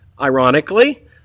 ironically